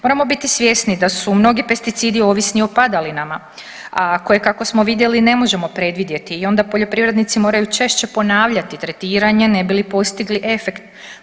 Moramo biti svjesni da su mnogi pesticidi ovisni o padalinama, a koje kako smo vidjeli ne možemo predvidjeti i onda poljoprivrednici moraju češće ponavljati tretiranje ne bi li postigli efekt.